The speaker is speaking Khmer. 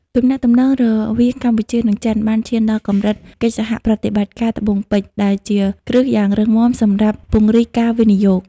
ទំនាក់ទំនងរវាងកម្ពុជា និងចិន បានឈានដល់កម្រិត "កិច្ចសហប្រតិបត្តិការត្បូងពេជ្រ" ដែលជាគ្រឹះយ៉ាងរឹងមាំសម្រាប់ពង្រីកការវិនិយោគ។